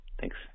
thanks